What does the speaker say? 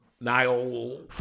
Niall